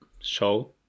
show